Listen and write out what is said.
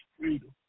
Freedom